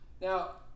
Now